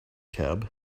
cab